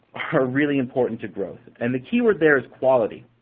are really important to growth. and the key word there is quality.